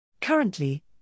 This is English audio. Currently